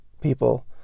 people